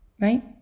right